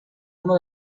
uno